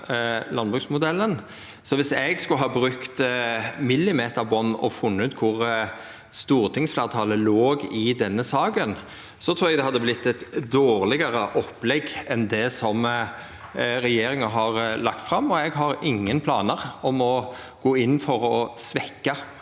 landbruksmodellen. Så viss eg skulle ha brukt millimeterband og funne ut kor stortingsfleirtalet låg i denne saka, trur eg det hadde vorte eit dårlegare opplegg enn det som regjeringa har lagt fram, og eg har ingen planar om å gå inn for å svekkja